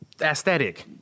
aesthetic